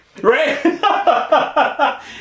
Right